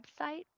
website